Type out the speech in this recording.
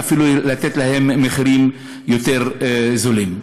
ואפילו לתת להם במחירים יותר זולים.